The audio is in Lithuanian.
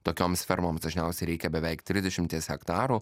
tokioms fermoms dažniausiai reikia beveik trisdešimties hektarų